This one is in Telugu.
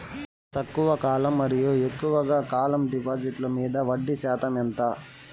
తక్కువ కాలం మరియు ఎక్కువగా కాలం డిపాజిట్లు మీద వడ్డీ శాతం ఎంత?